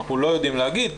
אנחנו לא יודעים להגיד.